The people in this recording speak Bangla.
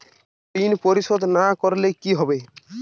ঋণ পরিশোধ না করলে কি হবে?